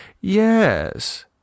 Yes